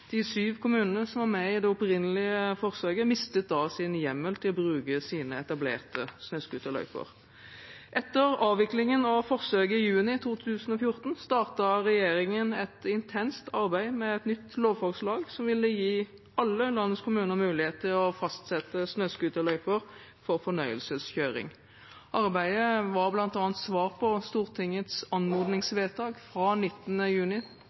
De sju kommunene som var med i det opprinnelige forsøket, mistet da sin hjemmel til å bruke sine etablerte snøscooterløyper. Etter avviklingen av forsøket i juni 2014, startet regjeringen et intenst arbeid med et nytt lovforslag som ville gi alle landets kommuner mulighet til å fastsette snøscooterløyper for fornøyelseskjøring. Arbeidet var bl.a. svar på Stortingets anmodningsvedtak fra 19. juni